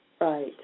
Right